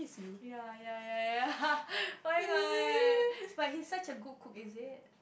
ya ya ya ya oh-my-god but he's such a good cook is it